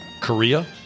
Korea